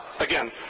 again